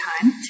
time